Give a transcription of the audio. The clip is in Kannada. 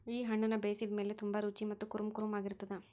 ಈ ಹಣ್ಣುನ ಬೇಯಿಸಿದ ಮೇಲ ತುಂಬಾ ರುಚಿ ಮತ್ತ ಕುರುಂಕುರುಂ ಆಗಿರತ್ತದ